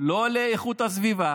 לא לאיכות הסביבה